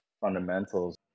fundamentals